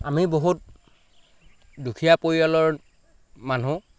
আমি বহুত দুখীয়া পৰিয়ালৰ মানুহ